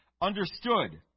understood